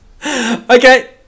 Okay